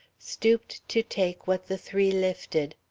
stooped to take what the three lifted.